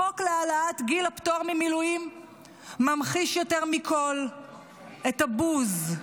החוק להעלאת גיל הפטור ממילואים ממחיש יותר מכול את הבוז,